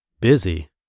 Busy